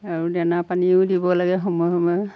আৰু দানা পানীও দিব লাগে সময়ে সময়ে